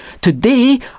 Today